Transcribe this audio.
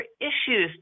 issues